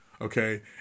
Okay